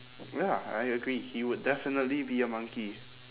ya I agree he would definitely be a monkey